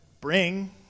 bring